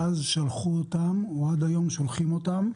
ואז שלחו אותם, או עד היום שולחים אותם --?